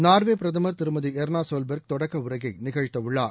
Norway பிரதமர் திருமதி Erna Solberg தொடக்க உரையை நிகழ்த்த உள்ளார்